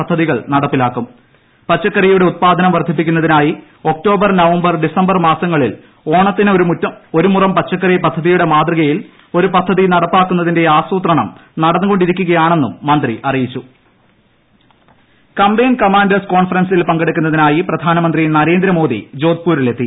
പദ്ധതികൾ പച്ചക്കറിയുടെ ഉത്പാദനം വർദ്ധിപ്പിക്കുന്നതിനായി ക്ട്ട്ടോബർ നവംബർ ഡിസംബർ മാസങ്ങളിൽ ഓണത്തിന് ഒരു മുറം പച്ചക്കറി പദ്ധതിയുടെ മാതൃകയിൽ ഒരു പദ്ധതി നടപ്പിലാക്കുന്നതിന്റെ ആസൂത്രണം നടന്നുകൊണ്ടിരിക്കുകയാണെന്നും മന്ത്രി അറിയിച്ചു ടട പ്രധാനമന്ത്രി കംബൈൻഡ് കമാന്റേഴ്സ് കോൺഫറൻസിൽ പങ്കെടുക്കുന്നതിനായി പ്രധാനമന്ത്രി നരേന്ദ്ര മോദി ഇന്ന് ജോധ്പൂരിലെത്തി